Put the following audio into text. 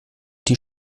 die